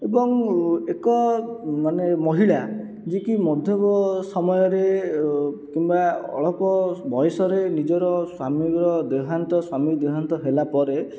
ଏବଂ ଏକ ମାନେ ମହିଳା ଯିଏକି ମଧ୍ୟମ ସମୟରେ କିମ୍ବା ଅଳ୍ପ ବୟସରେ ନିଜର ସ୍ୱାମୀର ଦେହାନ୍ତ ସ୍ୱାମୀ ଦେହାନ୍ତ ହେଲା ପରେ